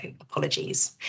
apologies